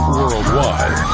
worldwide